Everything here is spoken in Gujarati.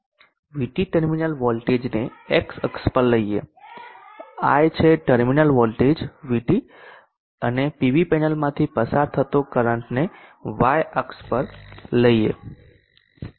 VT ટર્મિનલ વોલ્ટેજને X અક્ષ પર લઇએ આ છે ટર્મિનલ વોલ્ટેજ VT અને પીવી પેનલમાંથી પસાર થતો કરંટને y અક્ષ પર લઈએ તે IT છે